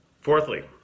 Fourthly